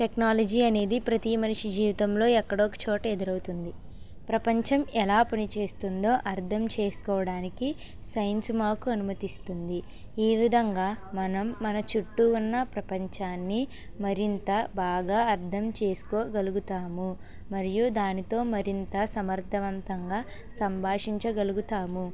technology అనేది ప్రతి మనిషి జీవితంలో ఎక్కడో ఒకచోట ఎదురవుతుంది ప్రపంచం ఎలా పనిచేస్తుందో అర్థం చేసుకోవడానికి సైన్సు మాకు అనుమతిస్తుంది ఈ విధంగా మనం మన చుట్టూ ఉన్న ప్రపంచాన్ని మరింత బాగా అర్థం చేసుకోగలుగుతాము మరియు దానితో మరింత సమర్థవంతంగా సంభాషించగలుగుతాము